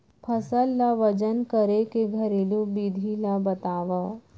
फसल ला वजन करे के घरेलू विधि ला बतावव?